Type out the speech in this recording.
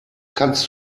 kannst